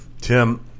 tim